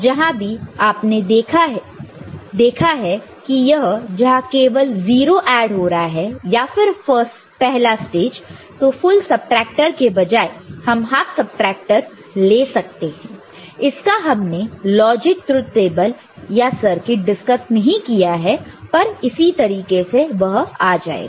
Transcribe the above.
जहां भी आपने देखा है कि जहां केवल 0 ऐड हो रहा है या फिर पहला स्टेज तो फुल सबट्रैक्टर के बजाय हम हाफ सबट्रैक्टर ले सकते हैं इसका हमने लॉजिक ट्रुथ टेबल या सर्किट डिस्कस नहीं किया है पर इसी तरीके से वह आ जाएगा